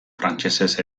frantsesez